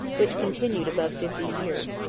which continued above fifty years.